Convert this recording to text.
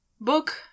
book